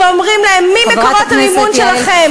שאומרים להם: מי מקורות המימון שלכם?